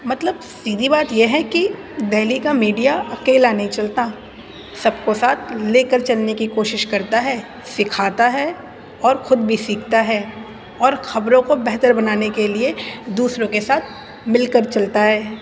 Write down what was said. مطلب سیدھی بات یہ ہے کہ دلی کا میڈیا اکیلا نہیں چلتا سب کو ساتھ لے کر چلنے کی کوشش کرتا ہے سکھاتا ہے اور خود بھی سیکھتا ہے اور خبروں کو بہتر بنانے کے لیے دوسروں کے ساتھ مل کر چلتا ہے